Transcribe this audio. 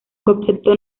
concepto